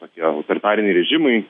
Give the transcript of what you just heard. tokie autoritariniai režimai